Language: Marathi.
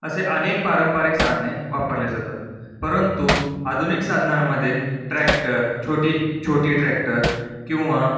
असे अनेक पारंपरिक साधने वापरले जातात परंतु आधुनिक साधनांमध्ये ट्रॅक्टर छोटी छोटी ट्रॅक्टर किंवा